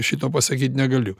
šito pasakyt negaliu